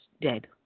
dead